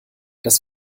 das